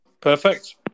Perfect